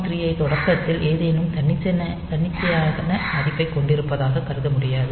3 ஐ தொடக்கத்தில் ஏதேனும் தன்னிச்சையான மதிப்பைக் கொண்டிருப்பதற்காக கருத முடியாது